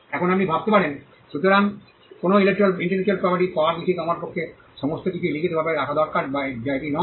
এখন আপনি ভাবতে পারেন সুতরাং কোনও ইন্টেলেকচুয়াল প্রপার্টি পাওয়া কি ঠিক আমার পক্ষে সমস্ত কিছুই লিখিতভাবে রাখা দরকার যা এটি নয়